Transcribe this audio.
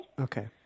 Okay